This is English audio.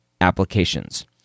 applications